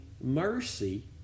mercy